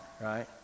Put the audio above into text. right